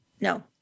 No